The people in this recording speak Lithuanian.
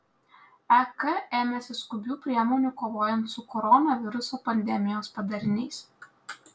ek ėmėsi skubių priemonių kovojant su koronaviruso pandemijos padariniais